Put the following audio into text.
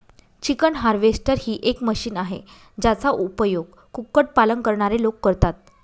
chicken harvester ही एक machine आहे, ज्याचा उपयोग कुक्कुट पालन करणारे लोक करतात